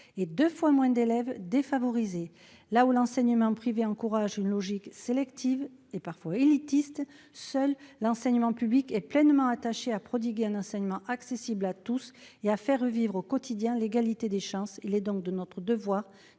et deux fois moins d'élèves défavorisés. Là où l'enseignement privé encourage une logique sélective et parfois élitiste, seul l'enseignement public est pleinement attaché à prodiguer un enseignement accessible à tous et à faire vivre au quotidien l'égalité des chances. Il est donc de notre devoir